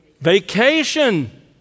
vacation